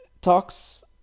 talks